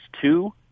two